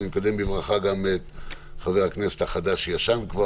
אני מקדם בברכה גם את חבר הכנסת החדש שהוא כבר ישן,